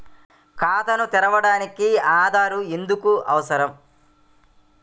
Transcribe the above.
ఖాతాను తెరవడానికి ఆధార్ ఎందుకు అవసరం?